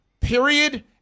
Period